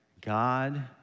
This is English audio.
God